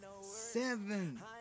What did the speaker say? seven